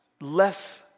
less